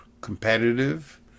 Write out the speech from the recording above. competitive